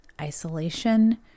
isolation